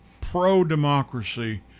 pro-democracy